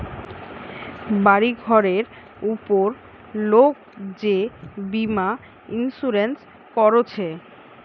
বাড়ি ঘরের উপর লোক যে বীমা ইন্সুরেন্স কোরছে